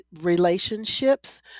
relationships